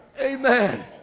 Amen